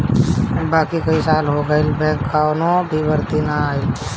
बाकी कई साल हो गईल बैंक कअ कवनो भर्ती ना आईल